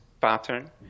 pattern